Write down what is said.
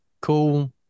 cool